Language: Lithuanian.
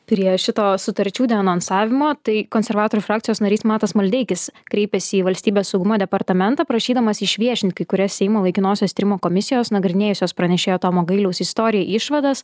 prie šito sutarčių denonsavimo tai konservatorių frakcijos narys matas maldeikis kreipėsi į valstybės saugumo departamentą prašydamas išviešint kai kurias seimo laikinosios tyrimo komisijos nagrinėjusios pranešėjo tomo gailiaus istoriją išvadas